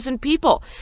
people